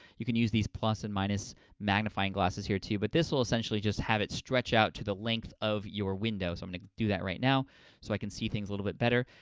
you can use these plus and minus magnifying glasses, here, too, but this will essentially just have it stretch out to the length of your window, window, so i'm gonna do that right now so i can see things a little bit better.